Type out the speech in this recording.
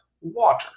Water